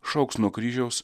šauks nuo kryžiaus